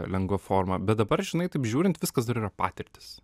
lengva forma bet dabar žinai taip žiūrint viskas dar yra patirtys